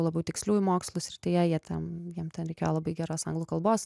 labiau tiksliųjų mokslų srityje jie ten jiem ten reikėjo labai geros anglų kalbos